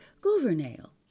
Gouvernail